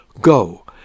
Go